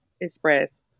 Express